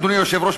אדוני היושב-ראש,